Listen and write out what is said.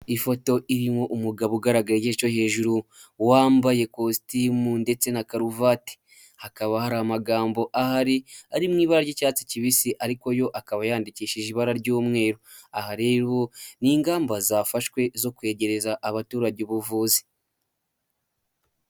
Ifoto irimo umugabo ugaragaye yicaye hejuru, wambaye ikositimu ndetse na karuvati, hakaba hari amagambo aho ari ari mu ibara ry'icyatsi kibisi ariko yo akaba yandikishije ibara ry'umweru, aha rero ni ingamba zafashwe zo kwegereza abaturage ubuvuzi.